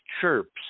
chirps